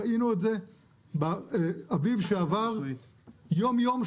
ראינו את זה באביב שעבר יום-יום,